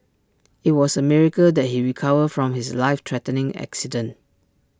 IT was A miracle that he recovered from his life threatening accident